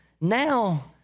now